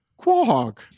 Quahog